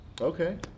Okay